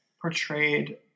portrayed